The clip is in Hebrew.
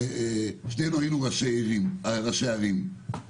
שנינו היינו ראשי ערים,